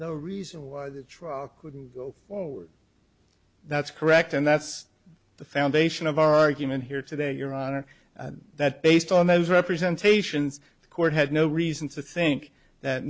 no reason why the truck wouldn't go forward that's correct and that's the foundation of our argument here today your honor that based on those representation the court had no reason to think that